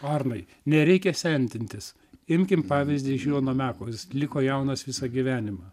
arnai nereikia sendintis imkim pavyzdį iš jono meko jis liko jaunas visą gyvenimą